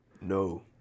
no